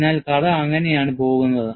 അതിനാൽ കഥ അങ്ങനെയാണ് പോകുന്നത്